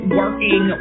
working